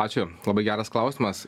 ačiū labai geras klausimas